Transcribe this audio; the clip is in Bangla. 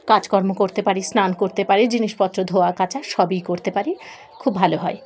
কাজকর্ম করতে পারি স্নান করতে পারি জিনিসপত্র ধোয়া কাচা সবই করতে পারি খুব ভালো হয়